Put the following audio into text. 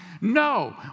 no